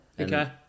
okay